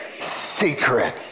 secret